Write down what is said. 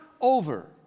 over